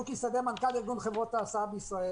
אני שוקי שדה, מנכ"ל ארגון חברות ההסעה בישראל.